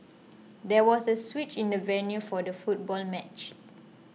there was a switch in the venue for the football match